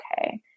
Okay